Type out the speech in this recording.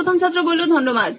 প্রথম ছাত্র ধন্যবাদ